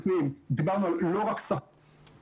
דיברנו לא רק על שכר,